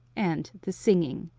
and the singing.